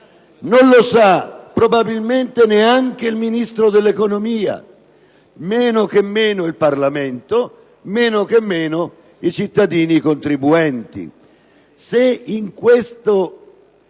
non lo sa probabilmente neanche il Ministro dell'economia, meno che meno il Parlamento, e meno che meno i cittadini contribuenti.